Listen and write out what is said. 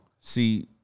See